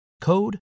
code